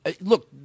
Look